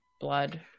blood